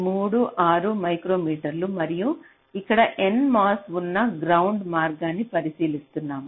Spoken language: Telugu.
36 మైక్రోమీటర్ మరియు ఇక్కడ nMOS ఉన్న గ్రౌండ్ మార్గాన్ని పరిశీలిస్తున్నాము